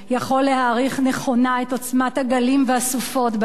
נכונה את עוצמת הגלים והסופות שבהם ייתקל.